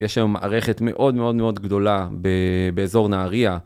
יש היום מערכת מאוד מאוד מאוד גדולה באזור נהריה.